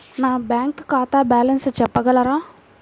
నా బ్యాంక్ ఖాతా బ్యాలెన్స్ చెప్పగలరా?